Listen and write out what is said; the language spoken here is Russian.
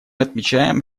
отмечаем